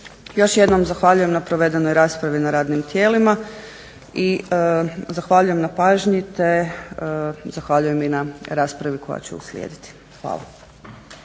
Još jednom zahvaljujem na provedenoj raspravi na radnim tijelima i zahvaljujem na pažnji te zahvaljujem i na raspravi koja će uslijediti. Hvala.